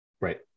right